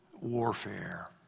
warfare